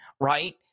right